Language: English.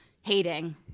hating